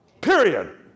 period